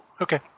okay